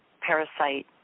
parasite